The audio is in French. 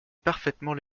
parfaitement